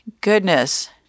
goodness